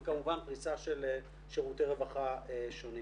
וכמובן פריסה של שירותי רווחה שונים.